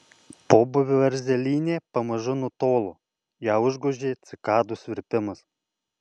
pobūvio erzelynė pamažu nutolo ją užgožė cikadų svirpimas